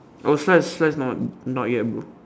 our slides slides not not yet bro